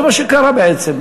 זה מה שקרה בעצם.